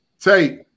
Tate